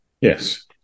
Yes